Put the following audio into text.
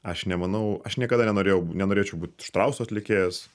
aš nemanau aš niekada nenorėjau nenorėčiau būt štrauso atlikėjas